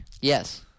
Yes